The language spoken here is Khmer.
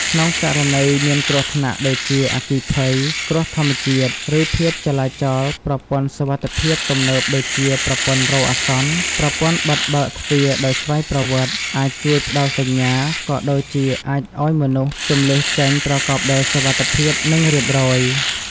ក្នុងករណីមានគ្រោះថ្នាក់ដូចជា អគ្គិភ័យ គ្រោះធម្មជាតិ ឬភាពចលាចល ប្រព័ន្ធសុវត្ថិភាពទំនើបដូចជាប្រព័ន្ធរោទ៍អាសន្ន ប្រព័ន្ធបិទបើកទ្វារដោយស្វ័យប្រវត្តិ អាចជួយផ្តល់សញ្ញា ក៏ដូចជាអាចឲ្យមនុស្សជម្លៀសចេញប្រកបដោយសុវត្ថិភាព និងរៀបរៀបរយ។